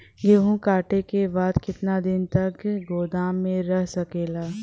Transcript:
गेहूँ कांटे के बाद कितना दिन तक गोदाम में रह सकेला?